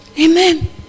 Amen